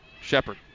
Shepard